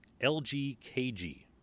LGKG